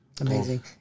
Amazing